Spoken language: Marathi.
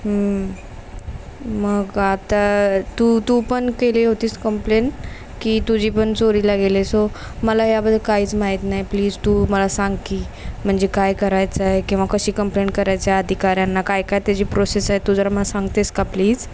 हं मग आता तू तू पण केली होतीस कंप्लेन की तुझी पण चोरीला गेले सो मला याबद्दल काहीच माहीत नाही प्लीज तू मला सांग की म्हणजे काय करायचं आहे किंवा कशी कंप्लेंट करायचं आहे अधिकाऱ्यांना काय काय त्याची प्रोसेस आहे तू जरा मला सांगतेस का प्लीज